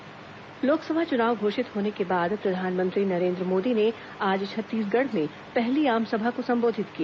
प्रधानमंत्री छत्तीसगढ़ लोकसभा चुनाव घोषित होने के बाद प्रधानमंत्री नरेंद्र मोदी ने आज छत्तीसगढ़ में पहली आमसभा को संबोधित किया